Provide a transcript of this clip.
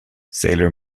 sailor